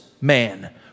man